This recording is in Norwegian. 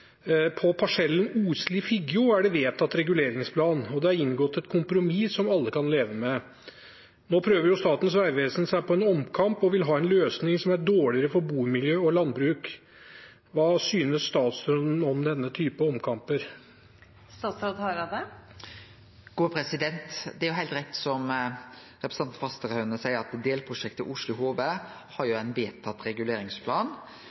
På parsellen Osli–Figgjo er det vedtatt reguleringsplan, og det er inngått et kompromiss som alle kan leve med. Nå prøver Statens vegvesen seg på en omkamp og vil ha en løsning som er dårligere for bomiljø og landbruk. Hva synes statsråden om denne typen omkamper? Det er heilt rett, som representanten Fasteraune seier, at delprosjektet Osli–Hove har ein vedtatt reguleringsplan.